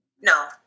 No